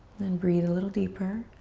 then breathe a little deeper.